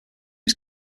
his